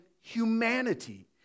humanity